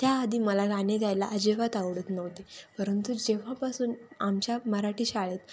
त्याआधी मला गाणे द्यायला अजिबात आवडत नव्हते परंतु जेव्हापासून आमच्या मराठी शाळेत